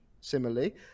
Similarly